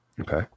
Okay